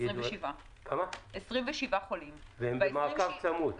הם במעקב צמוד,